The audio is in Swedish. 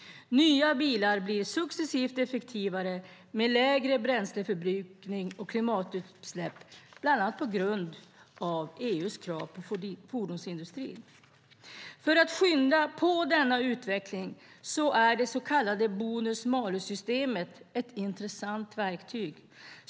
Nya bilar blir successivt effektivare med lägre bränsleförbrukning och klimatutsläpp, bland annat på grund av EU:s krav på fordonsindustrin. För att skynda på denna utveckling är det så kallade bonus-malus-systemet ett intressant verktyg.